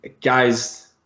guys